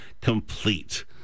complete